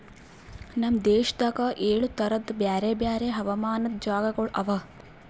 ನಮ್ ದೇಶದಾಗ್ ಏಳು ತರದ್ ಬ್ಯಾರೆ ಬ್ಯಾರೆ ಹವಾಮಾನದ್ ಜಾಗಗೊಳ್ ಅವಾ